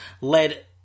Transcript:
led